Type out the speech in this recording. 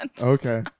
Okay